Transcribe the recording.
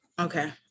okay